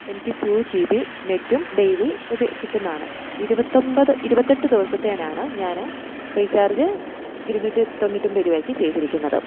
എനിക്ക് two G B നെറ്റും daily ഉപയോ കിട്ടുന്നതാണ് ഇരുപത്തൊമ്പത് ഇരുപത്തെട്ട് ദിവസത്തേനാണ് ഞാന് റീച്ചാർജ് ഇരുന്നൂറ്റി തൊണ്ണൂറ്റൊമ്പത് രൂപയ്ക്ക് ചെയ്തിരിക്കുന്നത്